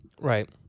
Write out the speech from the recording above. Right